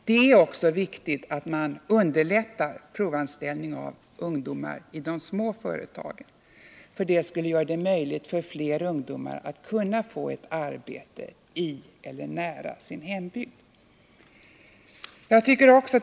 Det är också viktigt att underlätta provanställning av ungdomar i de små företagen. Detta skulle kunna göra det möjligt för fler att få jobb i eller nära sin hembygd.